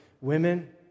women